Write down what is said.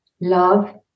love